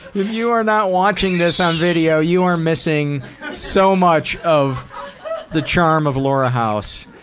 you are not watching this on video, you are missing so much of the charm of laura house.